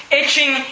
itching